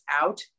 out